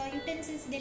utensils